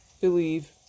believe